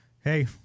hey